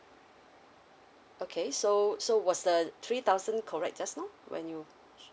okay so so was the three thousand correct just now when you